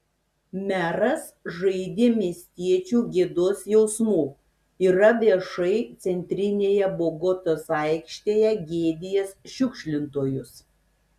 meras žaidė miestiečių gėdos jausmu yra viešai centrinėje bogotos aikštėje gėdijęs šiukšlintojus